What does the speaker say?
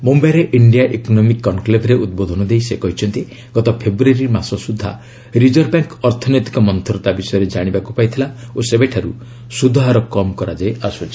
ମୁମ୍ୟାଇରେ India economic କନ୍କ୍ଲେଭ୍ରେ ଉଦ୍ବୋଧନ ଦେଇ ସେ କହିଛନ୍ତି ଗତ ଫେବୃୟାରୀ ମାସ ସୁଦ୍ଧା ରିଜର୍ଭ ବ୍ୟାଙ୍କ୍ ଅର୍ଥନୈତିକ ମନ୍ତରତା ବିଷୟରେ ଜାଣିବାକୁ ପାଇଥିଲା ଓ ସେବେଠାରୁ ସୁଧହାର କମ୍ କରାଯାଇ ଆସୁଛି